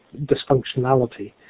dysfunctionality